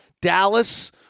Dallas